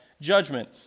Judgment